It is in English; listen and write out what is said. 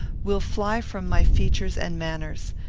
will fly from my features and manners.